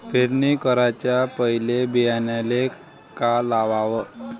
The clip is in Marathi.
पेरणी कराच्या पयले बियान्याले का लावाव?